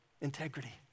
integrity